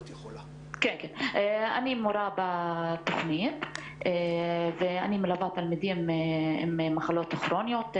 אני מורה בתוכנית ואני מלווה תלמידים עם מחלות כרוניות,